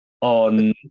on